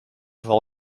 val